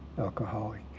Alcoholic